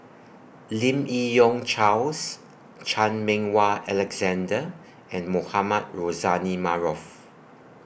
Lim Yi Yong Charles Chan Meng Wah Alexander and Mohamed Rozani Maarof